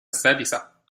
السادسة